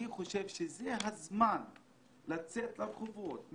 אני חושב שזה הזמן לצאת לרחובות,